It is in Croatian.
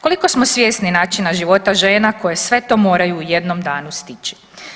Koliko smo svjesni načina života žena koje sve to moraju u jednom danu stići?